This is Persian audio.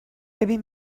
ببین